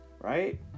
Right